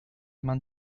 eman